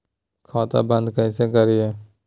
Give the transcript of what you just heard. खाता बंद कैसे करिए?